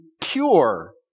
cure